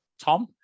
Tom